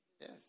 Yes